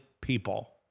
people